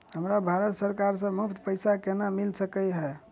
हमरा भारत सरकार सँ मुफ्त पैसा केना मिल सकै है?